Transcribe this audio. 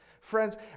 Friends